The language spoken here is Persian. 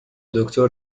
دکتر